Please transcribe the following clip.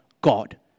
God